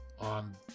on